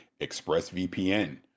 ExpressVPN